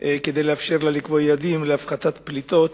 כדי לאפשר לה לקבוע יעדים להפחתת פליטות